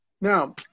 Now